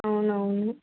అవునవును